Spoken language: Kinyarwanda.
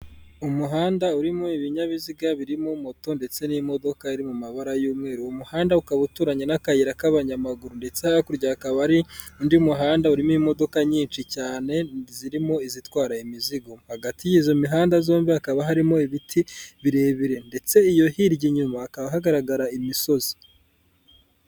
Umuhanda urimo ibinyabiziga birimo moto ndetse n'imodoka iri mu mabara y'umweru, uwo muhanda ukaba uturanye n'akayira k'abanyamaguru ndetse hakurya hakaba hari undi muhanda urimo imodoka nyinshi cyane zirimo izitwara imizigo. Hagati y'izo mihanda zombi hakaba harimo ibiti birebire ndetse iyo hirya inyuma hakaba hagaragara imisozi.